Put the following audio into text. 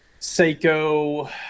Seiko